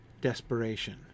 desperation